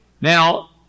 Now